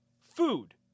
Food